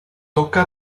tocca